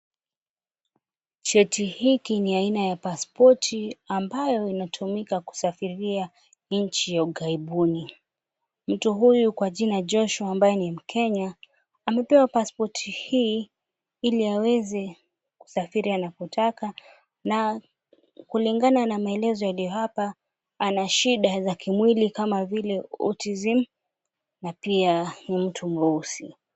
Cheti hiki ni aina ya paspoti ambayo inatumika kusafiria nchi ya ukaibuni. Mtu huyu kwa jina Joshua ambaye ni mkenya amepewa paspoti hii ili aweze kusafiri anapotaka na kulingana na maelezo yaliyo hapa anashida la kimwili kama vile autism na pia ni mtu mweusi.